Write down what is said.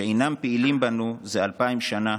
שאינם פעילים בנו זה אלפיים שנה,